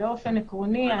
באופן עקרוני,